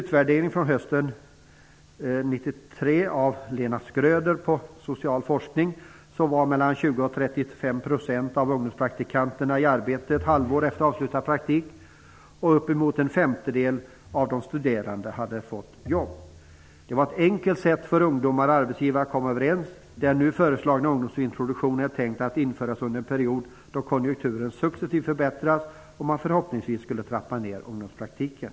Schröder på Institutet för social forskning var det mellan 20 % och 30 % av ungdomspraktikanterna som var i arbete ett halvår efter avslutad praktik och uppemot en femtedel av de studerande hade fått arbete. Det var ett enkelt sätt för ungdomar och arbetsgivare att komma överens. Den nu förselagna ungdomsintroduktionen är tänkt att införas under en period då konjunkturen successivt förbättras och man förhoppningsvis kan trappa ner ungdomspraktiken.